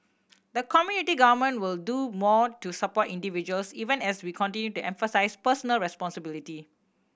the community government will do more to support individuals even as we continue to emphasise personal responsibility